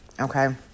Okay